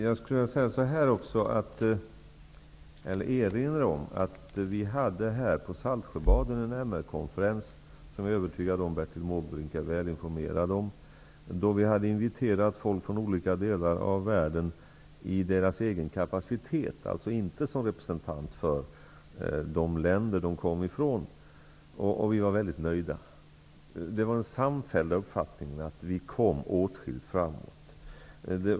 Herr talman! Jag skulle vilja erinra om att vi hade i Saltsjöbaden en MR-konferens, som jag är övertygad om att Bertil Måbrink är informerad om. Dit hade vi inviterat folk från olika delar av världen i deras egen kapacitet, alltså inte som representanter för de länder som de kom ifrån. Vi var väldigt nöjda. Den samfällda uppfattningen var att vi kom åtskilligt framåt.